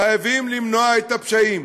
חייבים למנוע את הפשעים,